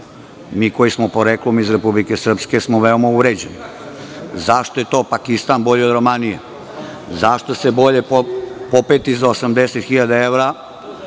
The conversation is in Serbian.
Mi koji smo poreklom iz Republike Srpske smo veoma uvređeni. Zašto je to Pakistan bolji od Romanije? Zašto je bolje popeti se za 80.000 evra